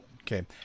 Okay